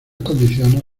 condiciones